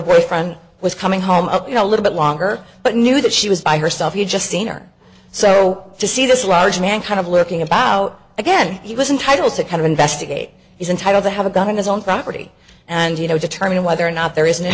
boyfriend was coming home up you know a little bit longer but knew that she was by herself you just seen or so to see this large man kind of lurking about again he wasn't titles that kind of investigate he's entitled to have a gun in his own property and you know determine whether or not there is